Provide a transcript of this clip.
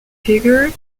figure